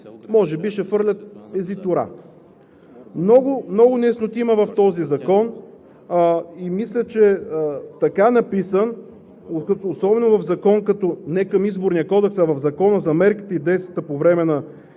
може би ще хвърлят ези-тура. Много неясноти има в този законопроект и мисля, че така написан, особено в закон не към Изборния кодекс, а в Закона за мерките и действията по време на